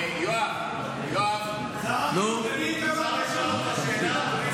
שר החינוך, למי התכוונת כשאמרת כנופיה?